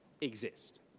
exist